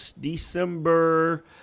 December